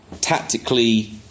Tactically